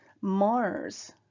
Mars